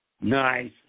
Nice